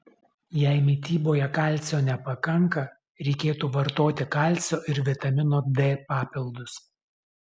jei mityboje kalcio nepakanka reikėtų vartoti kalcio ir vitamino d papildus